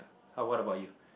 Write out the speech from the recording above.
how what about you